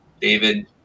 David